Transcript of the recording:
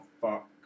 fuck